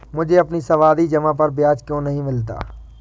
मुझे अपनी सावधि जमा पर ब्याज क्यो नहीं मिला?